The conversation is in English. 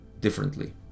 differently